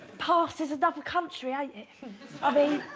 past is a double country. i mean